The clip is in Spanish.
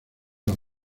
las